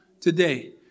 today